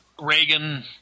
Reagan –